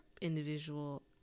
individual